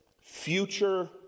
future